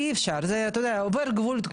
כי אי אפשר, אתה יודע, עובר גבול.